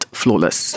flawless